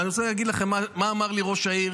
אבל אני רוצה להגיד לכם מה אמר לי ראש העיר